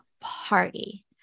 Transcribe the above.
party